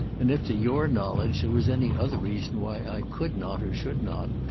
and if to your knowledge there was any other reason why i could not or should not.